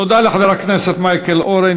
תודה לחבר הכנסת מייקל אורן.